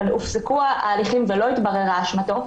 אבל הופסקו ההליכים ולא התבררה אשמתו,